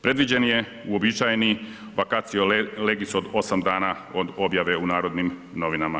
Predviđen je uobičajeni vacatio legis od 8 dana od objave u Narodnim novinama.